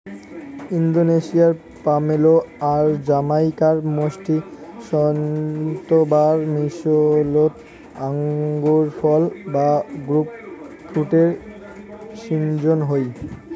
ইন্দোনেশিয়ার পমেলো আর জামাইকার মিষ্টি সোন্তোরার মিশোলোত আঙুরফল বা গ্রেপফ্রুটের শিজ্জন হই